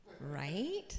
right